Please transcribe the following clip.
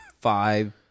five